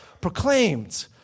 proclaimed